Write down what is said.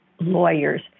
lawyers